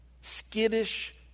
Skittish